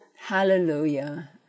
hallelujah